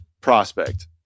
prospect